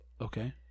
Okay